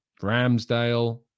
Ramsdale